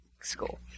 school